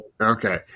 Okay